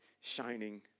shining